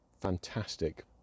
fantastic